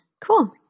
Cool